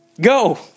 Go